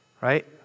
right